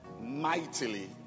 mightily